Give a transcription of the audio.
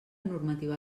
normativa